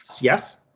Yes